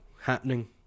happening